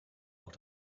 auch